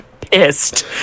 pissed